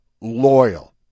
loyal